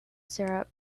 syrup